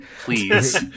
Please